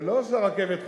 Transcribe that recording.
זה לא שהרכבת חוסכת.